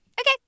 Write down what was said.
Okay